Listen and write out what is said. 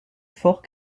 fort